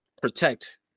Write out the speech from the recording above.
protect